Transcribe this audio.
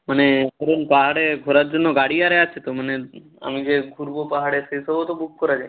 মানে ধরুন পাহাড়ে ঘোরার জন্য গাড়ি আরে আছে তো মানে আমি যে ঘুরব পাহাড়ে সেসবও তো বুক করা যায়